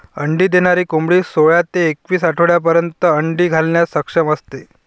अंडी देणारी कोंबडी सोळा ते एकवीस आठवड्यांपर्यंत अंडी घालण्यास सक्षम असते